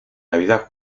navidad